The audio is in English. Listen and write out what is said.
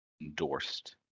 endorsed